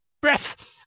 breath